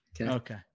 Okay